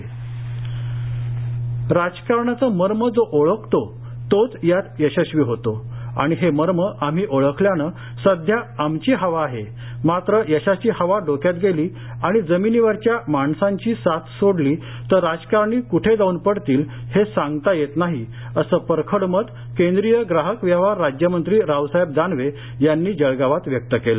दानवे राजकारणाचं मर्म जो ओळखतो तोच यात यशस्वी होतो आणि हे मर्म आम्ही ओळखल्यानं सध्या आमची हवा आहे मात्र यशाची हवा डोक्यात गेली आणि जमिनीवरच्या माणसाची साथ सोडली तर राजकारणी कृठे जाऊन पडतील हे सांगता येत नाही असं परखड मत केंद्रीय ग्राहक व्यवहार राज्यमंत्री रावसाहेब दानवे यांनी जळगावात व्यक्त केलं